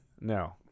No